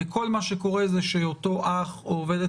וכל מה שקורה זה שאותו אח או עובדת